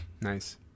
Nice